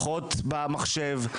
פחות במחשב,